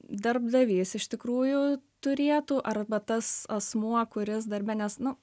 darbdavys iš tikrųjų turėtų arba tas asmuo kuris darbe nes nu